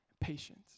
patience